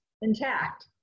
intact